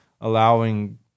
allowing